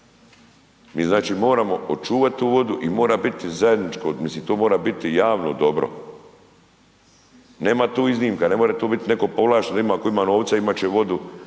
Mi znači moramo očuvati tu vodu i mora biti zajedničko, mislim to mora biti javno dobro, nema tu iznimka, ne može tu biti netko povlašten da ima, ako ima novca imati će vodu